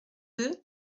deux